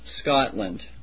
Scotland